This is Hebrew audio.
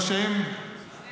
אריאל הוא לא יס-מן.